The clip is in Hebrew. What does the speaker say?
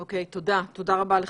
אוקיי, תודה רבה לך,